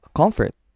comfort